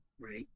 Right